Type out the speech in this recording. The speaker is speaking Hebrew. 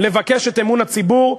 לבקש את אמון הציבור,